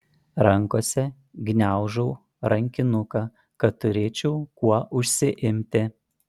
rankose gniaužau rankinuką kad turėčiau kuo užsiimti